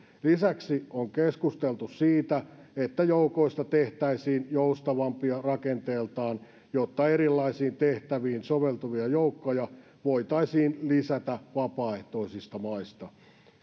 lisäksi on keskusteltu siitä että joukoista tehtäisiin joustavampia rakenteeltaan jotta erilaisiin tehtäviin soveltuvia joukkoja voitaisiin lisätä vapaaehtoisista maista